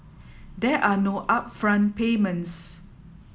there are no upfront payments